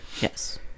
yes